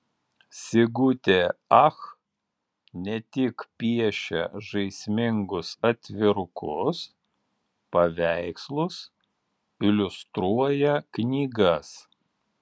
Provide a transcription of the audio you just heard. sigutė ach ne tik piešia žaismingus atvirukus paveikslus iliustruoja knygas